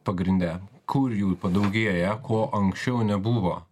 pagrinde kur jų padaugėja ko anksčiau nebuvo